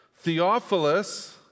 Theophilus